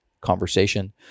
conversation